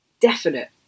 definite